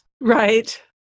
right